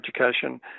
education